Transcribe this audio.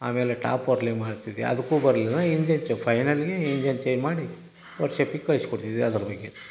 ಆಮೇಲೆ ಟಾಪ್ ವರ್ಲಿಂಗ್ ಮಾಡ್ತಿದ್ವಿ ಅದಕ್ಕೂ ಬರ್ಲಿಲ್ಲ ಅಂದ್ರೆ ಇಂಜಿನ್ ಚು ಫೈನಲಿ ಇಂಜಿನ್ ಚೇನ್ ಮಾಡಿ ವರ್ಕ್ಶಾಪಿಗೆ ಕಳ್ಸ್ಕೊಡ್ತಿದ್ವಿ ಅದರ ಬಗ್ಗೆ